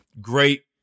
great